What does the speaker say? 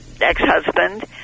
ex-husband